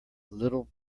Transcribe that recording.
little